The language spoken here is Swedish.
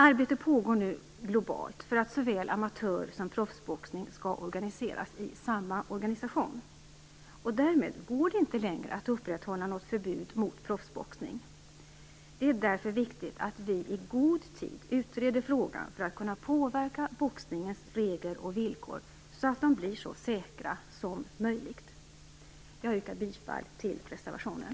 Arbete pågår nu globalt för att såväl amatör som proffsboxning skall organiseras i samma organisation. Därmed går det inte längre att upprätthålla något förbud mot proffsboxning. Det är därför viktigt att vi i god tid utreder frågan för att kunna påverka boxningens regler och villkor så att de blir så säkra som möjligt. Jag yrkar bifall till reservationen.